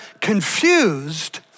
confused